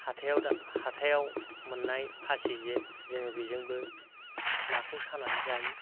हाथायाव हाथायाव मोननाय फासि जे जोंङो बेजोंबो नाखौ सानानै जायो